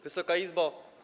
Wysoka Izbo!